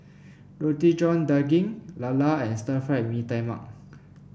Roti John Daging lala and Stir Fried Mee Tai Mak